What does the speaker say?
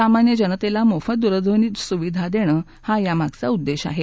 सामन्य जनतेला मोफत दूरध्वनी सुविधा देणं हा यामागचा उद्देश आहे